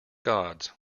gods